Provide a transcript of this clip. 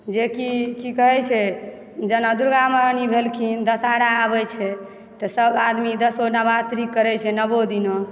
जेकि की कहय छै जेना दुर्गा महारानी भेलखिन दशहरा आबैत छै तऽ सभ आदमी दशो नवरात्रि करय छै नओ दिना